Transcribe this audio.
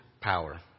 power